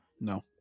No